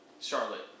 Charlotte